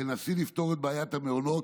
תנסי לפתור את בעיית המעונות,